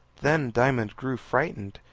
then diamond grew frightened,